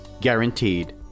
Guaranteed